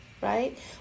right